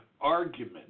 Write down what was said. argument